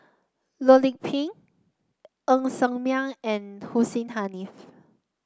Loh Lik Peng Ng Ser Miang and Hussein Haniff